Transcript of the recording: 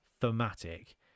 thematic